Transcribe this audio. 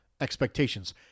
expectations